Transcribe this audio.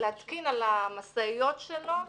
להתקין על המשאיות שלו את